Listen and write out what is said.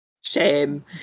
Shame